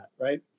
right